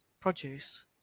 produce